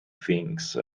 things